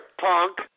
punk